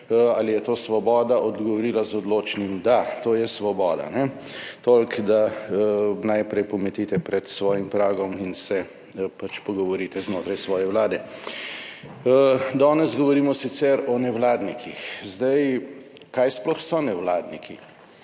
ali je to Svoboda odgovorila z odločnim da, to je svoboda. Toliko, da najprej pometite pred svojim pragom in se pač pogovorite znotraj svoje vlade. Danes govorimo sicer o nevladnikih. Zdaj kaj sploh so nevladniki?